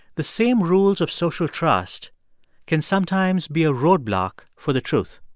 the same rules of social trust can sometimes be a roadblock for the truth.